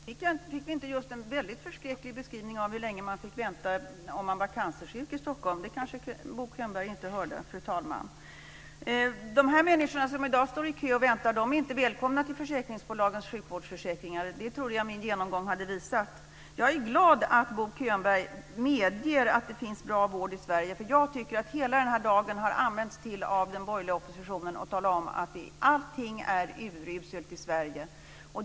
Fru talman! Fick vi inte just en väldigt förskräcklig beskrivning av hur länge man fick vänta om man var cancersjuk i Stockholm? Den kanske Bo Könberg inte hörde. De människor som i dag står i kö och väntar är inte välkomna till försäkringsbolagens sjukvårdsförsäkringar. Det trodde jag min genomgång hade visat. Jag är glad att Bo Könberg medger att det finns bra vård i Sverige. Jag tycker nämligen att hela den här dagen av den borgerliga oppositionen har använts till att tala om att allting är uruselt i Sverige.